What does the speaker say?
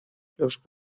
los